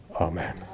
Amen